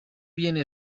viene